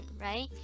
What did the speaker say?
right